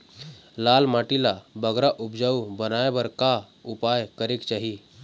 लाल माटी ला बगरा उपजाऊ बनाए बर का उपाय करेक चाही?